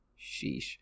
Sheesh